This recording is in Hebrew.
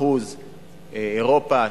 אירופה,